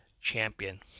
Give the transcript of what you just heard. champion